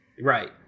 Right